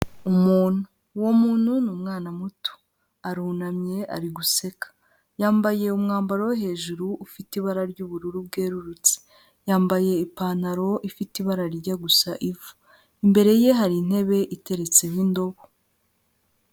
Umuntu, uwo muntu ni umwana muto, arunamye ari guseka, yambaye umwambaro wo hejuru ufite ibara ry'ubururu bwerurutse, yambaye ipantaro ifite ibara rijya gusa ivu, imbere ye hari intebe iteretseho indobo.